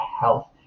health